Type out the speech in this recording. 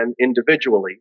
individually